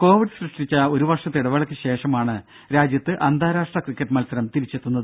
Covid സൃഷ്ടിച്ച ഒരുവർഷത്തെ ഇടവേളക്ക് ശേഷമാണ് രാജ്യത്ത് അന്താരാഷ്ട്ര ക്രിക്കറ്റ് മത്സരം തിരിച്ചെത്തുന്നത്